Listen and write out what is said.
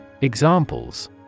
Examples